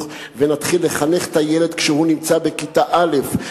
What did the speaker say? ונתחיל לחנך את הילד כשהוא נמצא בכיתה א',